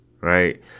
Right